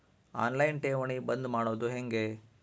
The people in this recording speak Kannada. ಆನ್ ಲೈನ್ ಠೇವಣಿ ಬಂದ್ ಮಾಡೋದು ಹೆಂಗೆ?